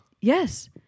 Yes